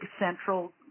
central